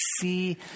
see